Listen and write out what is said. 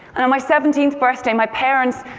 my seventeenth birthday, my parents,